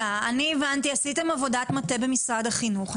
עשיתם עבודת מטה במשרד החינוך,